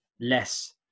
less